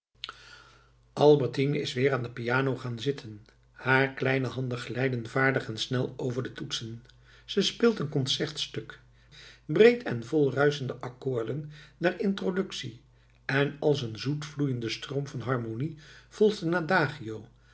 albertine is weer aan de piano gaan zitten haar kleine handen glijden vaardig en snel over de toetsen ze speelt een concertstuk breed en vol ruischen de accoorden der introductie en als een zoetvloeiende stroom van harmonie volgt een adagio